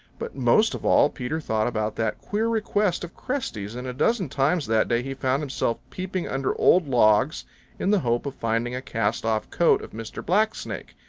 but most of all peter thought about that queer request of cresty's, and a dozen times that day he found himself peeping under old logs in the hope of finding a cast-off coat of mr. black snake.